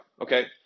Okay